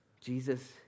Jesus